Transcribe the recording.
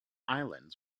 island